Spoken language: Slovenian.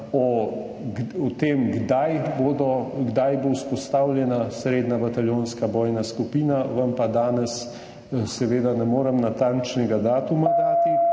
pogodbi. Kdaj bo vzpostavljena srednja bataljonska bojna skupina, vam pa danes seveda ne morem natančnega datuma dati.